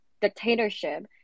dictatorship